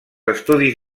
estudis